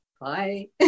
bye